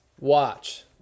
Watch